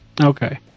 okay